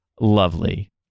lovely